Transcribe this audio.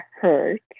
hurt